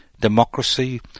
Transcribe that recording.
democracy